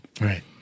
Right